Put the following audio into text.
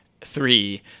Three